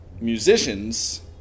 musicians